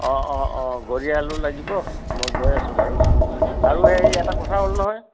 অঁ অঁ অঁ গৰিয়া আলু লাগিব মই গৈ আছোঁ বাৰু আৰু সেই এটা কথা হ'ল নহয়